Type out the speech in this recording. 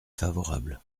favorable